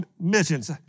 missions